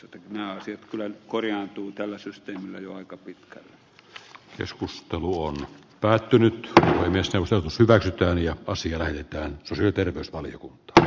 nämä asiat kyllä nyt korjaantuvat tällä systeemillä jo aika pitkä keskustelu on päätynyt neste väkeviä osia ja se syö terveysvaliokunta pitkälle